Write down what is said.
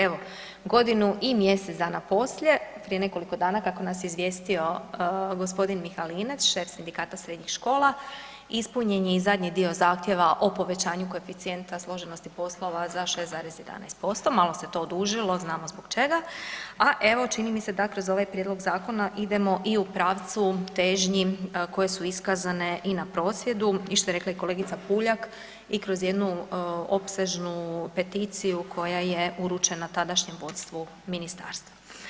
Evo, godinu i mjesec dana poslije prije nekoliko dana kako nas je izvijesti gospodin Mihalinec šef sindikata srednjih škola, ispunjen je i zadnji dio zahtjeva o povećanju koeficijenta složenosti poslova za 6,11%, malo se to odužilo znamo zbog čega, a evo čini mi se da kroz ovaj prijedlog zakona idemo i u pravcu težnji koje su iskazane i na prosvjedu i što je rekla i kolegica Puljak i kroz jednu opsežnu peticiju koja je uručena tadašnjem vodstvu ministarstva.